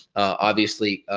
obviously, ah,